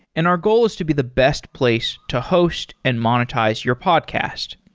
and our goal is to be the best place to host and monetize your podcast.